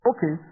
Okay